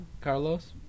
Carlos